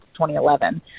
2011